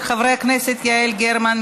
של חברי הכנסת יעל גרמן,